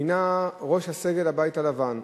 מינה את ראש הסגל בבית הלבן,